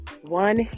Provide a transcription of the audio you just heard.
one